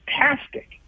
fantastic